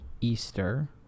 Easter